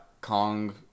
Kong